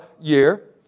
year